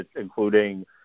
including